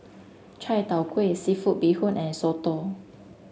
Chai Tow Kuay seafood Bee Hoon and Soto